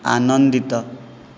ଆନନ୍ଦିତ